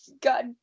God